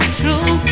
true